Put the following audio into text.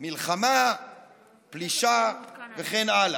מלחמה, פלישה, וכן הלאה,